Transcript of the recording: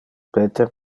peter